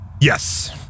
Yes